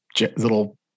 little